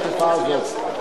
בתקופה הזאת,